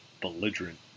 belligerent